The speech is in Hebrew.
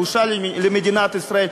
בושה למדינת ישראל.